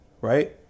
Right